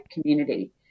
community